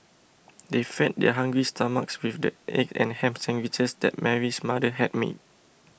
they fed their hungry stomachs with the egg and ham sandwiches that Mary's mother had made